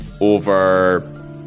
over